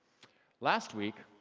last week,